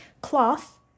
cloth